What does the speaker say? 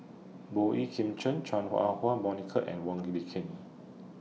Boey Kim Cheng Chua Ah Huwa Monica and Wong Ken